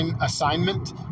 assignment